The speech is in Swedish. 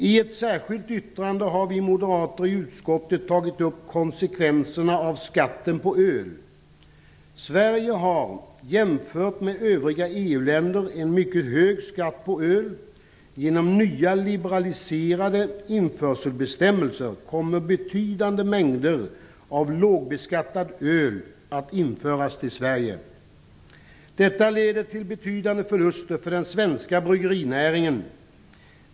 I ett särskilt yttrande har vi moderater i utskottet tagit upp konsekvenserna av skatten på öl. Sverige har jämfört med övriga EU-länder en mycket hög skatt på öl. Genom nya, liberaliserade införselbestämmelser kommer betydande mängder av lågbeskattat öl att införas till Sverige. Detta leder till betydande förluster för den svenska bryggerinäringen.